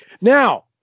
now